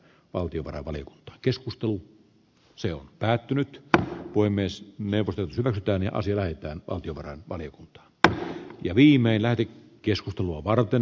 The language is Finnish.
valtiovarainvaliokunta keskusteluun se on päätynyt ta voi myös levoton tytärtään ja asioita on jo vähän väliä kun b c ja viimein läpi keskustelua varten